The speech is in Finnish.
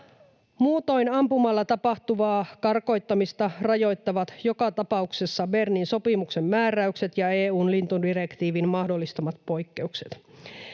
Muutoin ampumalla tapahtuvaa karkottamista rajoittavat joka tapauksessa Bernin sopimuksen määräykset ja EU:n lintudirektiivin mahdollistamat poikkeukset.